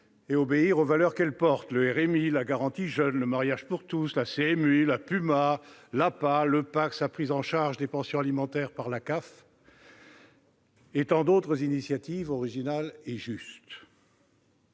et obéir aux valeurs qu'elle porte : le RMI, la garantie jeunes, le mariage pour tous, la CMU, la PUMa, l'APA, le PACS, la prise en charge des pensions alimentaires par la CAF, et tant d'autres initiatives originales et justes.